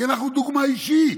כי אנחנו דוגמה אישית,